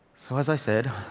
so as i said,